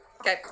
okay